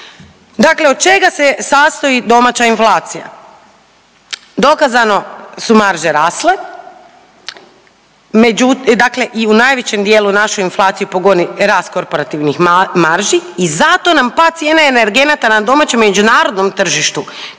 Dakle, od čega se sastoji domaća inflacija. Dokazano su marže rasle, dakle i u najvećom dijelu našu inflaciju pogoni rast korporativnih marži i zato nam pad cijena energenata na domaćem i međunarodnom tržištu